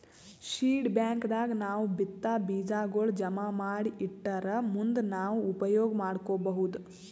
seed bank ದಾಗ್ ನಾವ್ ಬಿತ್ತಾ ಬೀಜಾಗೋಳ್ ಜಮಾ ಮಾಡಿ ಇಟ್ಟರ್ ಮುಂದ್ ನಾವ್ ಉಪಯೋಗ್ ಮಾಡ್ಕೊಬಹುದ್